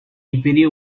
video